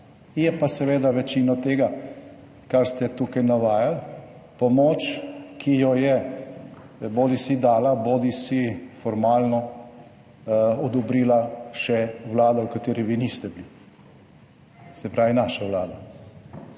Je pa seveda večino tega, kar ste tukaj navajali, pomoč, ki jo je bodisi dala bodisi formalno odobrila še Vlada, v kateri vi niste bili, se pravi naša Vlada.